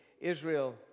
Israel